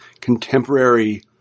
contemporary